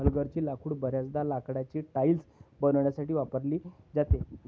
हलगर्जी लाकूड बर्याचदा लाकडाची टाइल्स बनवण्यासाठी वापरली जाते